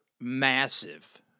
massive